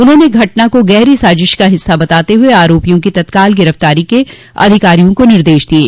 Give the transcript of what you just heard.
उन्होंने घटना को गहरी साजिश का हिस्सा बताते हुए आरोपियों की तत्काल गिरफ्तारी के अधिकारियों को निर्देश दिये